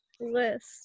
list